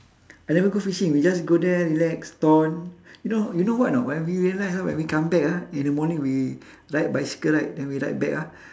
I never go fishing we just go there relax ton you know you know what or not when we realise ah when we come back ah in the morning we ride bicycle right then we ride back ah